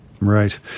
Right